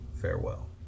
Farewell